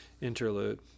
interlude